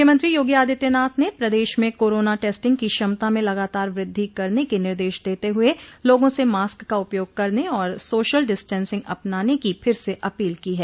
मुख्यमंत्री योगी आदित्यनाथ ने प्रदेश में कोरोना टेस्टिंग की क्षमता में लगातार वृद्धि करने के निर्देश देते हुए लोगों से मास्क का उपयोग करने और सोशल डिस्टेंसिंग अपनाने की फिर से अपील की है